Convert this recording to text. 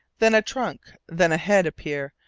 then a trunk, then a head appear,